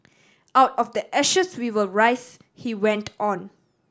out of the ashes we will rise he went on